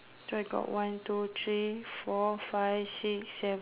so I got one two three four five six seven